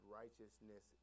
righteousness